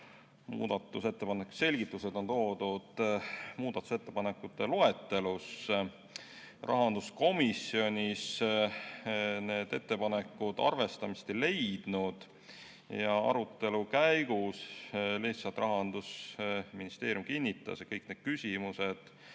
Muudatusettepanekute selgitused on toodud muudatusettepanekute loetelus. Rahanduskomisjonis need ettepanekud arvestamist ei leidnud. Arutelu käigus lihtsalt Rahandusministeerium kinnitas, et kõik need küsimused